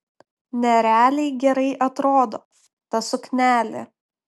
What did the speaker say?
nerealiai gerai atrodo ta suknelė